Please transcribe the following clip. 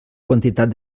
quantitat